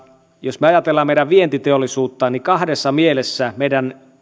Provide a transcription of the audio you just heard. jos ajattelemme meidän vientiteollisuutta niin kahdessa mielessä meidän